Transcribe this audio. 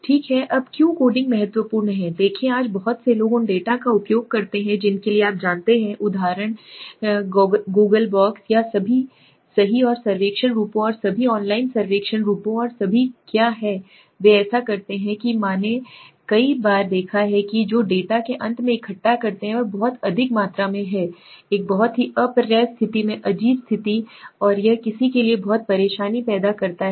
ठीक है अब क्यों कोडिंग महत्वपूर्ण है देखें आज बहुत से लोग उन डेटा का उपयोग करते हैं जिनके लिए आप जानते हैं उदाहरण गॉगल डॉक्स और सभी सही और सर्वेक्षण रूपों और सभी ऑनलाइन सर्वेक्षण रूपों और सभी क्या वे ऐसा करते हैं कि मैंने कई बार देखा है कि जो डेटा वे अंत में इकट्ठा करते हैं वह बहुत अधिक मात्रा में है एक बहुत ही अप्राप्य स्थिति में अजीब स्थिति और यह किसी के लिए बहुत परेशानी पैदा करता है